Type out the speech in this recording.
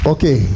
Okay